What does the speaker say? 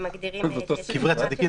שמגדירים --- קברי צדיקים,